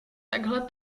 takhle